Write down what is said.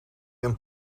een